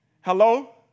Hello